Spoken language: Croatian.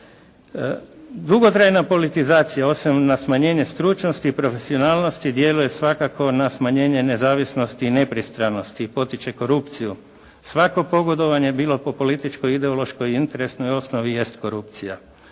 Dugotrajna politizacija osim na smanjenje stručnosti i profesionalnosti djeluje svakako na smanjenje nezavisnosti i nepristranosti i potiče korupciju. Svako pogodovanje bilo po političkoj, ideološkoj i interesnoj osnovi jest korupcija.